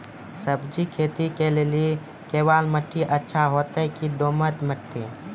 सब्जी खेती के लेली केवाल माटी अच्छा होते की दोमट माटी?